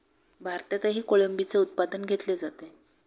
भारतातही कोळंबीचे उत्पादन घेतले जाते